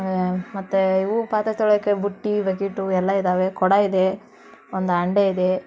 ಮತ್ತು ಇವು ಪಾತ್ರೆ ತೊಳ್ಯೋಕ್ಕೆ ಬುಟ್ಟಿ ಬಕಿಟು ಎಲ್ಲ ಇದ್ದಾವೆ ಕೊಡ ಇದೆ ಒಂದು ಹಂಡೆ ಇದೆ